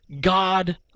God